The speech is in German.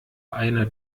eine